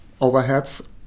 overheads